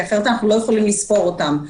כי אחרת אנחנו לא יכולים לספור אותם.